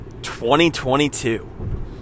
2022